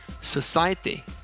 society